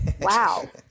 Wow